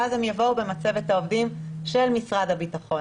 ואז הם יבוא במצבת העובדים של משרד הביטחון.